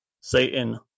Satan